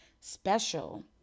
special